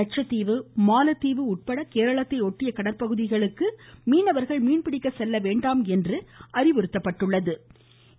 லட்சத்தீவு மாலத்தீவு உட்பட கேரளத்தை ஒட்டிய கடற்பகுதிகளுக்கு மீனவர்கள் மீன்பிடிக்க செல்ல வேண்டாம் என்று அறிவுறுத்தப்படுகின்றனர்